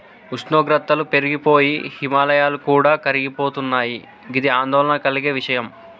ఉష్ణోగ్రతలు పెరిగి పోయి హిమాయాలు కూడా కరిగిపోతున్నయి గిది ఆందోళన కలిగే విషయం